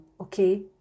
Okay